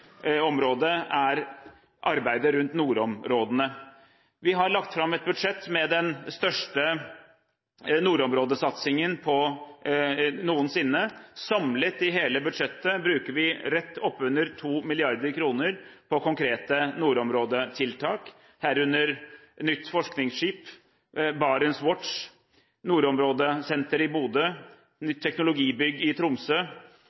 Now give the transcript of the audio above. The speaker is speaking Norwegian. er arbeidet rundt nordområdene. Vi har lagt fram et budsjett med den største nordområdesatsingen noensinne. Samlet i hele budsjettet bruker vi rett oppunder 2 mrd. kr på konkrete nordområdetiltak, herunder nytt forskningsskip, BarentsWatch, nordområdesenter i Bodø, nytt teknologibygg i Tromsø,